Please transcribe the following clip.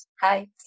Hi